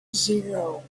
zero